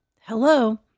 Hello